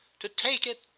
to take it,